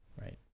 right